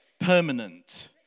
permanent